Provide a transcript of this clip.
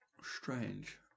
Strange